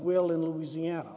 will in louisiana